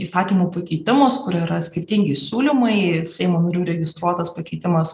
įstatymų pakeitimus kur yra skirtingi siūlymai seimo narių registruotas pakeitimas